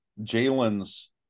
Jalen's